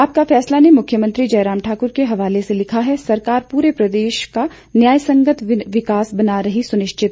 आपका फैसला ने मुख्यमंत्री जयराम ठाकुर के हवाले से लिखा है सरकार पूरे प्रदेश का न्यायसंगत विकास बना रही सुनिश्चित